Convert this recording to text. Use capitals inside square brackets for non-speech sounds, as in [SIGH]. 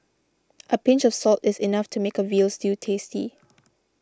[NOISE] a pinch of salt is enough to make a Veal Stew tasty